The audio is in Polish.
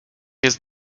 jest